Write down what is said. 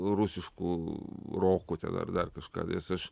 rusišku roku ar dar kažką nes aš